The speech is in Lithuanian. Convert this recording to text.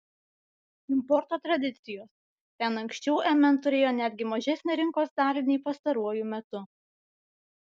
importo tradicijos ten anksčiau mn turėjo netgi mažesnę rinkos dalį nei pastaruoju metu